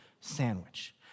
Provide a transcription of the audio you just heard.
sandwich